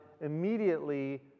immediately